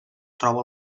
troba